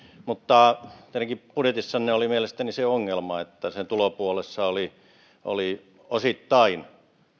mutta teidänkin budjetissanne oli mielestäni se ongelma että sen tulopuolessa oli oli osittain